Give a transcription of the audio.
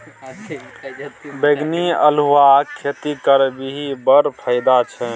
बैंगनी अल्हुआक खेती करबिही बड़ फायदा छै